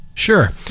Sure